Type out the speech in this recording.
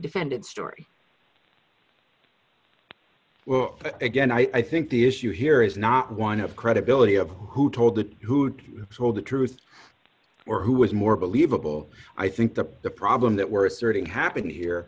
defendant's story well again i think the issue here is not one of credibility of who told the who told the truth or who was more believable i think the the problem that we're asserting happened here